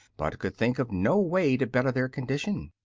but could think of no way to better their condition.